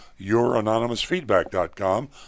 youranonymousfeedback.com